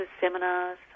seminars